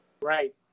Right